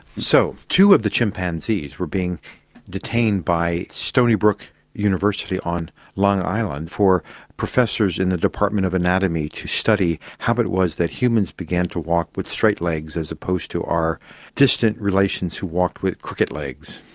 so, two of the chimpanzees were being detained by stony brook university on long island for professors in the department of anatomy to study how it was that humans began to walk with straight legs as opposed to our distant relations who walked with crooked legs.